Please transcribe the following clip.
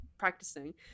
practicing